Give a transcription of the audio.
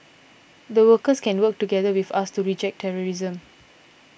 the workers can work together with us to reject terrorism